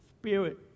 spirit